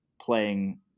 playing